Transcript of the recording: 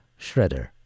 Shredder